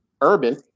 Urban